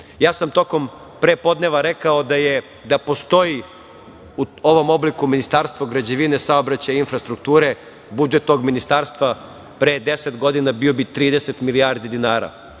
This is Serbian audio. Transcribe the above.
Srbije. Tokom prepodneva sam rekao da postoji u ovom obliku Ministarstvo građevine, saobraćaja, infrastrukture budžet tog ministarstva pre 10 godina bio bi 30 milijardi dinara.